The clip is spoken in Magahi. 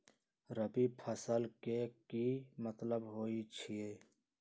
रबी फसल के की मतलब होई छई?